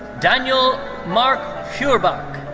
daniel mark feuerbach.